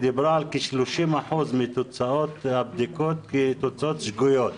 היא דיברה על 30% מהבדיקות כתוצאות שגויות.